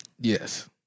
Yes